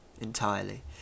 entirely